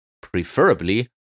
preferably